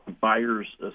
Buyers